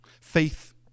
Faith